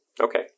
Okay